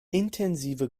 intensive